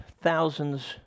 thousands